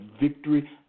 victory